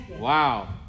Wow